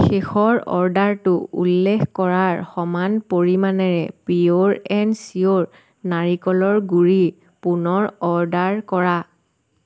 শেষৰ অৰ্ডাৰটো উল্লেখ কৰাৰ সমান পৰিমাণেৰে পিয়'ৰ এণ্ড চিয়'ৰ নাৰিকলৰ গুড়ি পুনৰ অৰ্ডাৰ কৰা